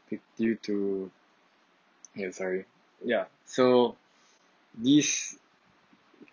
d~ due to kay sorry ya so these